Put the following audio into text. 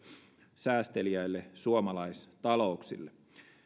säästeliäille suomalaistalouksille